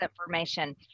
information